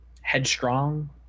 headstrong